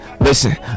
Listen